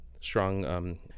strong